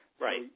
Right